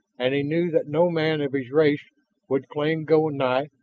and he knew that no man of his race would claim go'ndi,